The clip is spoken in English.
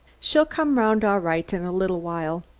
she'll come round all right in a little while.